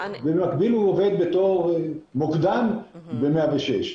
ובמקביל הוא עובד בתור מוקדן ב-106.